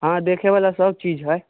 हँ देखे बला सब चीज हइ